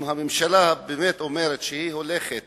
אם הממשלה באמת אומרת שהיא הולכת